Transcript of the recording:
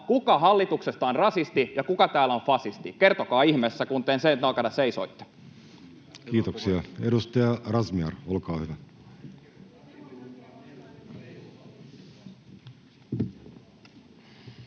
kuka hallituksesta on rasisti ja kuka täällä on fasisti? Kertokaa ihmeessä, kun te sen takana seisoitte. Kiitoksia. — Edustaja Razmyar, olkaa hyvä.